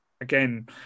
again